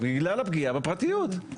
זאת עילה לפגיעה בפרטיות.